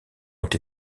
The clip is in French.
ont